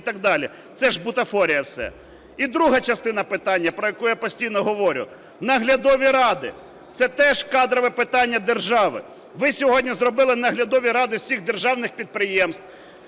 Це ж бутафорія все. І друга частина питання, про яку я постійно говорю. Наглядові ради – це теж кадрове питання держави. Ви сьогодні зробили наглядові ради всіх державних підприємств,